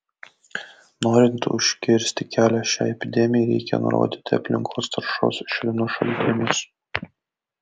norint užkirsti kelią šiai epidemijai reikia nurodyti aplinkos taršos švinu šaltinius